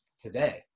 today